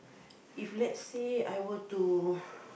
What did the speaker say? if let's say I were to